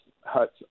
huts